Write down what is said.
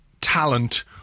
talent